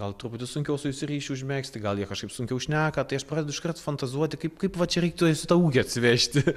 gal truputį sunkiau su jais ryšį užmegzti gal jie kažkaip sunkiau šneka tai aš pradedu iškart fantazuoti kaip kaip va čia reiktų juos į tą ūkį atsivežti